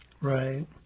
Right